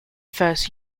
first